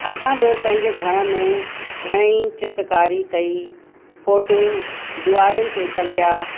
असां बि पंहिंजे घण में घणेई चित्रकारी कई फ़ोटू दिवारुनि ते टंगिया